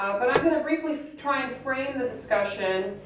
ah but i'm gonna briefly try and frame the discussion,